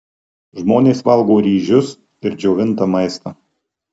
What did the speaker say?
žmonės valgo ryžius ir džiovintą maistą